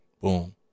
Boom